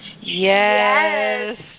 Yes